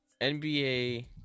NBA